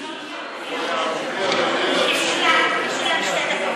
אדוני סגן השר,